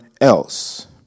else